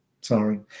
sorry